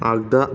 आगदा